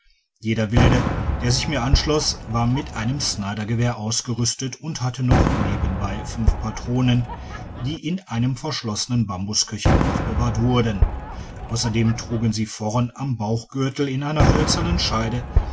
jeder wilde dr sich mir anschloss war mit einem snyder gewehr ausgerüstet und hatte noch nebenbei fünf patronen die in einem verschlossenen bambusköcher aufbewahrt wurden ausserdem trugen sie vorn am bauchgtirtel in einer hölzernen scheide